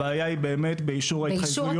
הבעיה היא באמת באישור ההתחייבויות.